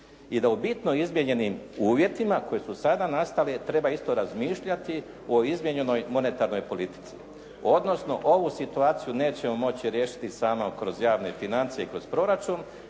i da u bitno izmijenjenim uvjetima koji su sada nastali treba isto razmišljati o izmijenjenoj monetarnoj politici, odnosno ovu situaciju nećemo moći riješiti samo kroz javne financije i kroz proračun,